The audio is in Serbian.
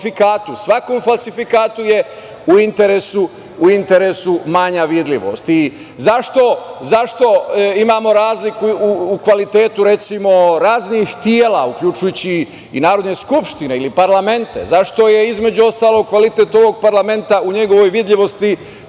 Svakom falsifikatu je u interesu manja vidljivost. Zašto imamo razliku u kvalitetu, recimo, raznih tela, uključujući i narodne skupštine ili parlamente? Zašto je, između ostalog, kvalitet ovog parlamenta u njegovoj vidljivosti